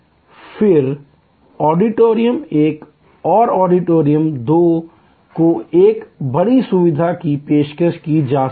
फिर ऑडिटोरियम एक और ऑडिटोरियम दो को एक बड़ी सुविधा की पेशकश की जा सकती है